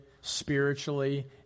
spiritually